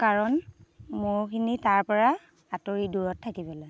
কাৰণ মহখিনি তাৰ পৰা আঁতৰি দূৰত থাকিবলৈ